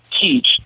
teach